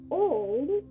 old